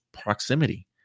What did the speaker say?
proximity